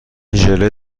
ژله